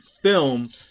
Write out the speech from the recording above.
film